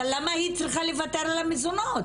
אבל למה היא צריכה לוותר על המזונות?